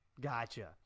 Gotcha